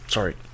Sorry